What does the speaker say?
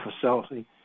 Facility